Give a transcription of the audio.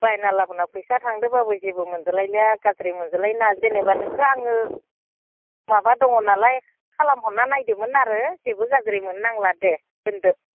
बायना लाबोना फैसा थांदोब्लाबो जेबो मोनजा लायलिया गाज्रि मोनजा लायनाङा जेनेबा नोंखो आङो माबा दङ नालाय खालामहरना नायदोमोन आरो जेबो गाज्रि मोननांला दे दोन्दो